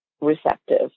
receptive